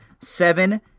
seven